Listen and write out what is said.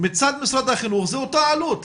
מצד משרד החינוך זה אותה עלות?